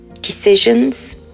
decisions